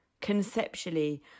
conceptually